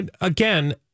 again